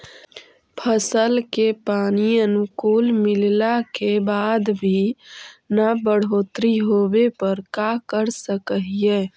फसल के पानी अनुकुल मिलला के बाद भी न बढ़ोतरी होवे पर का कर सक हिय?